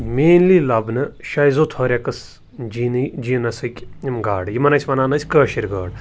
mainly لَبنہٕ شَیزوتھورٮ۪کٕس جیٖنٕے جیٖنَسٕکۍ یِم گاڈٕ یِمَن ٲسۍ وَنان أسۍ کٲشِر گاڈ